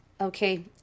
okay